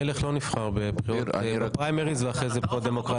מלך לא נבחר בפריימריז ואחרי זה בבחירות דמוקרטיות.